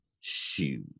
Shoot